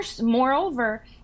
moreover